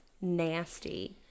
nasty